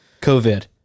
COVID